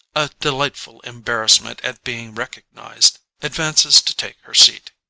a delightful embarrassment at being recognised, advances to take her seat.